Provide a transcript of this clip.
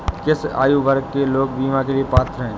किस आयु वर्ग के लोग बीमा के लिए पात्र हैं?